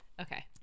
okay